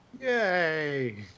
Yay